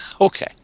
Okay